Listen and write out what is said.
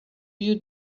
you